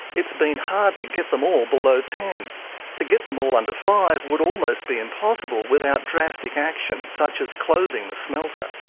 it's been hard to get them all below ten to get them all under five would almost be impossible without drastic action, such as closing the smelter.